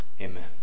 Amen